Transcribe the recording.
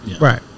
Right